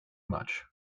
much